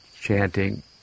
chanting